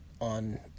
on